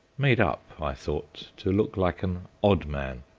made up, i thought, to look like an odd man.